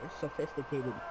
sophisticated